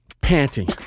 panting